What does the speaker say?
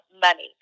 money